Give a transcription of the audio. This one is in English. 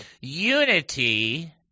Unity